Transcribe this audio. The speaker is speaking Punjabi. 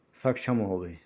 ਸਖਸ਼ਮ ਹੋਵੇ